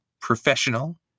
professional